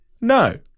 No